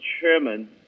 chairman